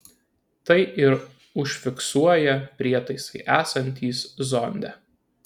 tai ir užfiksuoja prietaisai esantys zonde